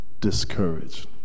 discouraged